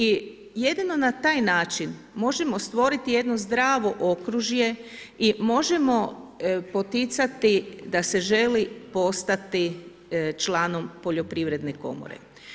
I jedino na taj način možemo stvorit jedno zdravo okružje i možemo poticati da se želi postati članom poljoprivredne komore.